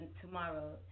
tomorrow